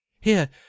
Here